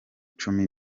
cumi